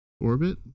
orbit